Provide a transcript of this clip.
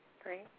Great